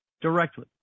directly